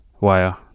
wire